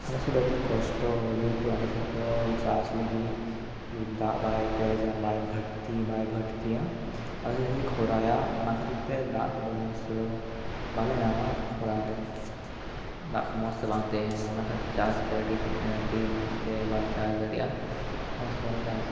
ᱟᱞᱮᱥᱮᱫ ᱫᱚ ᱟᱹᱰᱤ ᱠᱚᱥᱴ ᱡᱮᱦᱮᱛᱩ ᱟᱞᱮᱥᱮᱫ ᱫᱚ ᱪᱟᱥ ᱞᱟᱹᱜᱤᱫ ᱫᱟᱜ ᱵᱟᱭ ᱯᱮᱨᱮᱡᱟ ᱵᱟᱭ ᱵᱷᱟᱨᱛᱤ ᱵᱟᱭ ᱵᱷᱟᱨᱛᱤᱭᱟ ᱟᱞᱮᱥᱮᱫ ᱫᱚᱭ ᱠᱷᱚᱨᱟᱭᱟ ᱚᱱᱟ ᱠᱷᱟᱹᱛᱤᱨ ᱛᱮ ᱫᱟᱜ ᱠᱚᱫᱚ ᱱᱮᱥ ᱫᱚ ᱵᱟᱞᱮ ᱧᱟᱢᱟ ᱥᱚᱠᱲᱟ ᱨᱮ ᱫᱟᱜ ᱠᱚ ᱢᱚᱸᱡᱽ ᱛᱮ ᱵᱟᱝ ᱛᱟᱦᱮᱱᱟ ᱚᱱᱟ ᱠᱷᱟᱹᱛᱤᱨ ᱪᱟᱥ ᱛᱮ ᱟᱹᱰᱤ ᱢᱚᱸᱡᱽ ᱛᱮ ᱵᱟᱞᱮ ᱪᱟᱥ ᱫᱟᱲᱮᱭᱟᱜᱼᱟ ᱢᱚᱸᱡᱽ ᱛᱮ ᱵᱟᱞᱮ ᱪᱟᱥᱟ